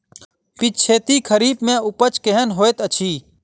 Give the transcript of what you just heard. पिछैती खरीफ मे उपज केहन होइत अछि?